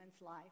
life